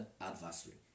adversary